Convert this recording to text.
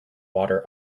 water